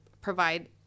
provide